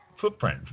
Footprint